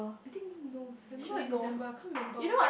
I think November or December I can't remember